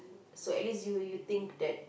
so at least you you think that